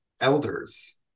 elders